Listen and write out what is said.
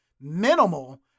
minimal